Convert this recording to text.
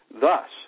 Thus